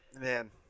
man